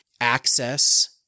access